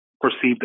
perceived